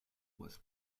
was